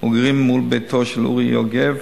מגורים מול ביתו של אורי יוגב,